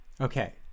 Okay